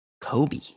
Kobe